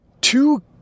Two